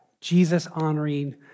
Jesus-honoring